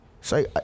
Say